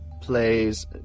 plays